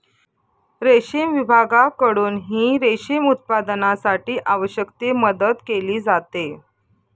रेशीम विभागाकडूनही रेशीम उत्पादनासाठी आवश्यक ती मदत केली जाते